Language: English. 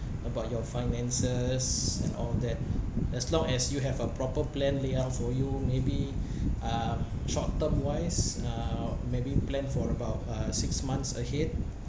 about your finances and all that as long as you have a proper plan lay out for you maybe um short term wise uh maybe plan for about uh six months ahead